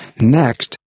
Next